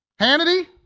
Hannity